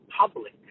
public